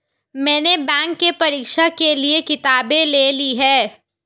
मैने बैंक के परीक्षा के लिऐ किताबें ले ली हैं